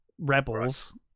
rebels